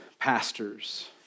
Pastors